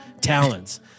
talents